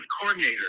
coordinator